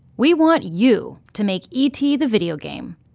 we want you to make, e t. the video game.